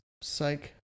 psych